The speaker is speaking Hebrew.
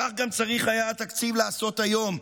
כך צריך היה התקציב לעשות גם היום,